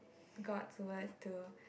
God to what to